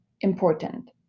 important